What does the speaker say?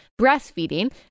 Breastfeeding